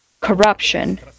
corruption